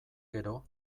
gero